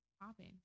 popping